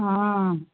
ಹಾಂ